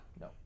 No